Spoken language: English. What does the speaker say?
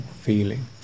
feeling